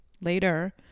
later